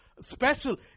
special